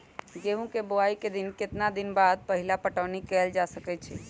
गेंहू के बोआई के केतना दिन बाद पहिला पटौनी कैल जा सकैछि?